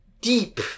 deep